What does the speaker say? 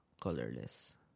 Colorless